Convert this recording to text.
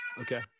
Okay